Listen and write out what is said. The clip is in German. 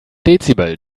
dezibel